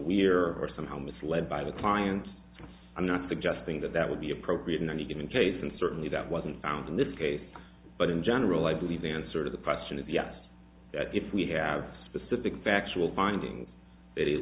we're somehow misled by the client i'm not suggesting that that would be appropriate in any given case and certainly that wasn't found in this case but in general i believe the answer to the prostin of yes if we have specific factual findings it